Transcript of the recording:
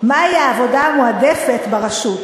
מהי העבודה המועדפת ברשות.